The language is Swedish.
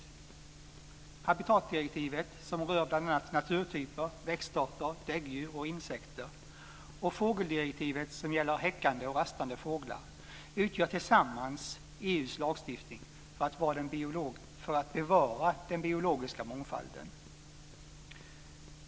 Art och habitatdirektivet, som rör bl.a. naturtyper, växtarter, däggdjur och insekter, och fågeldirektivet, som gäller häckande och rastande fåglar, utgör tillsammans EU:s lagstiftning för att bevara den biologiska mångfalden.